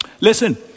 Listen